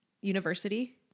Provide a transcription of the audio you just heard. university